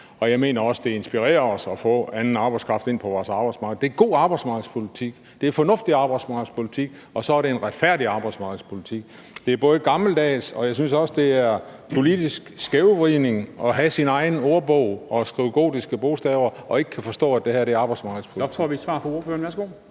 Og jeg mener også, at det inspirerer os at få anden arbejdskraft ind på vores arbejdsmarked. Det er god arbejdsmarkedspolitik, det er fornuftig arbejdsmarkedspolitik, og så er det en retfærdig arbejdsmarkedspolitik. Det er gammeldags, og jeg synes også, det er en politisk skævvridning, at have sin egen ordbog og skrive gotiske bogstaver og ikke kunne forstå, at det her er arbejdsmarkedspolitik. Kl. 10:14 Formanden (Henrik